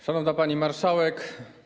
Szanowna Pani Marszałek!